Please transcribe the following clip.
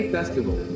Festival